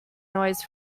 noise